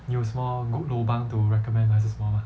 你有什么 good lobang to recommend 还是什么吗